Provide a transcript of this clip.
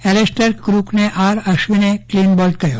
Alastair કૂકને R અશ્વિને clean bowled કર્યો